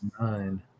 nine